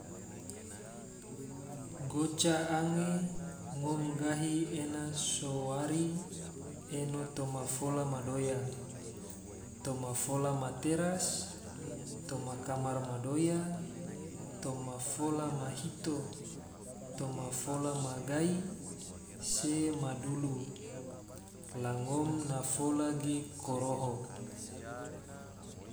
Goca angge ngom gahi ena so wari eno toma fola ma doya, toma fola ma teras, toma kamar ma doya, toma fola hito, toma fola ma gai, se ma dulu. la ngom na fola ge koroho